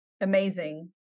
amazing